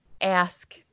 ask –